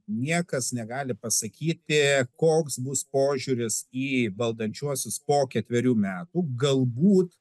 niekas negali pasakyti koks bus požiūris į valdančiuosius po ketverių metų galbūt